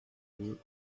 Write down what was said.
deux